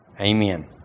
Amen